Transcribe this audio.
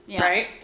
right